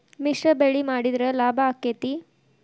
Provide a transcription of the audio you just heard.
ಮಿಶ್ರ ಬೆಳಿ ಮಾಡಿದ್ರ ಲಾಭ ಆಕ್ಕೆತಿ?